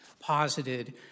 posited